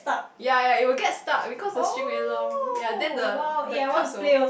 ye ye it will get stuck because the string along ye then the the cup so